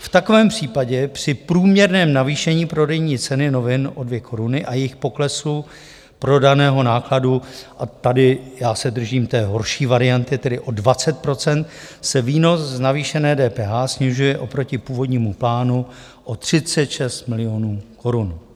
V takovém případě při průměrném navýšení prodejní ceny novin o dvě koruny a jejich poklesu prodaného nákladu, a tady já se držím té horší varianty, tedy o 20 %, se výnos z navýšené DPH snižuje oproti původnímu plánu o 36 milionů korun.